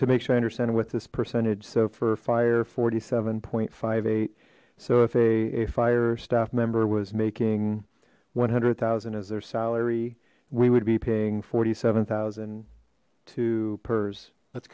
to make sure i understand what this percentage so for fire forty seven point five eight so if a a fire staff member was making one hundred thousand as their salary we would be paying forty seven thousand to pers that's